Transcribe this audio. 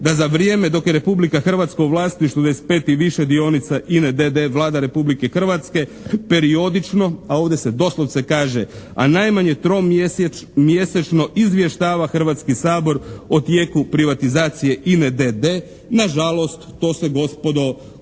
da za vrijeme dok je Republika Hrvatska u vlasništvu ... /Govornik se ne razumije./ … i više dionica INA-e d.d. Vlada Republike Hrvatske periodično, a ovdje se doslovce kaže, a najmanje tromjesečno izvještava Hrvatski sabor o tijeku privatizacije INA-e d.d. na žalost to se gospodo kod